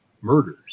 murders